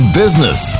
business